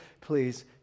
please